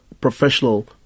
professional